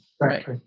right